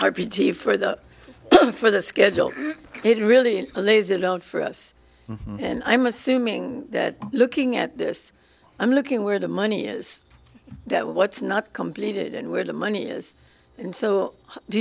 pretty for the for the schedule it really lays it out for us and i'm assuming that looking at this i'm looking where the money is that what's not completed and where the money is and so do